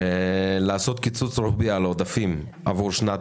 לעשות קיצוץ רוחבי על עודפים עבור שנת